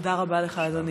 תודה רבה לך, אדוני.